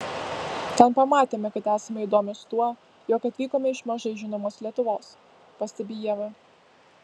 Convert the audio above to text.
ten pamatėme kad esame įdomios tuo jog atvykome iš mažai žinomos lietuvos pastebi ieva